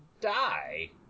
die